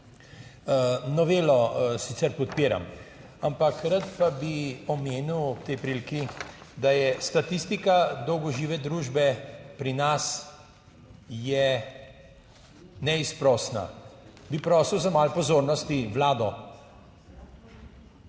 Novelo sicer podpiram, ampak rad pa bi omenil ob tej priliki, da je statistika dolgožive družbe pri nas je neizprosna. Bi prosil za malo pozornosti Vlado.